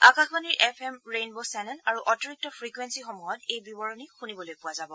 আকাশবাণীৰ F M rainbow channel আৰু অতিৰিক্ত ফ্ৰিকূৱেলিসমূহত এই বিৱৰণী শুনিবলৈ পোৱা যাব